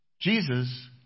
Jesus